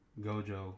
gojo